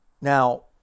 now